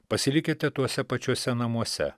pasilikite tuose pačiuose namuose